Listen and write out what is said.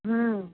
हाँ